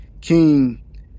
King